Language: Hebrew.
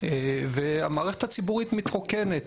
והמערכת הציבורית מתרוקנת.